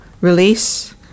release